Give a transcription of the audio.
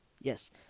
Yes